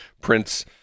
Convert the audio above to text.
Prince